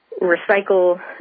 recycle